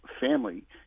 family